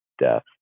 death